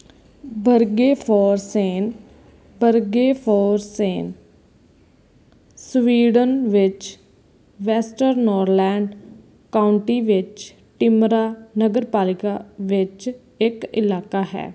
Bergeforsen Bergeforsen Sweden ਵਿੱਚ Västernorrland county ਵਿੱਚ Timrå ਨਗਰਪਾਲਿਕਾ ਵਿੱਚ ਇੱਕ ਇਲਾਕਾ ਹੈ